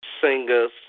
singers